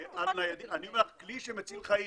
בטוחה --- אני אומר לך: כלי שמציל חיים.